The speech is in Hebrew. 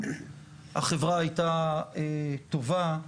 החברה הייתה טובה,